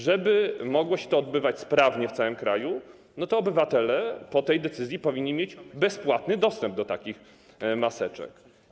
Żeby mogło się to odbywać sprawnie w całym kraju, to obywatele po tej decyzji powinni mieć bezpłatny dostęp do takich maseczek.